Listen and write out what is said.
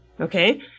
okay